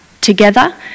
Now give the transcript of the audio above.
together